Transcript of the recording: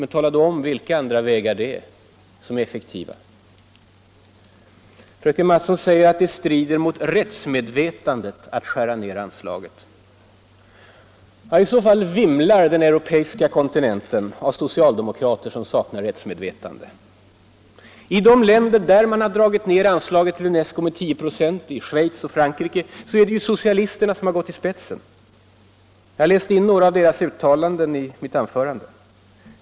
Men tala då om vilka andra vägar det är som är effektiva! Fröken Mattson påstår vidare att det strider mot ”rättsmedvetandet” att skära ned anslaget. Ja, i så fall vimlar den europeiska kontinenten av socialdemokrater som saknar rättsmedvetande. I de länder där man har dragit ned anslaget till UNESCO med 10 96 —i Schweiz och Frankrike — är det ju socialisterna som har gått i spetsen. Jag läste in några av deras uttalanden i mitt anförande.